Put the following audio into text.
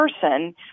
person